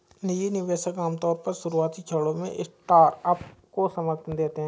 निजी निवेशक आमतौर पर शुरुआती क्षणों में स्टार्टअप को समर्थन देते हैं